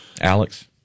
Alex